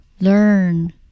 learn